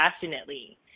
passionately